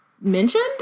mentioned